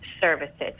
services